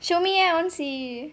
show me eh I want see